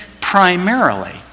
primarily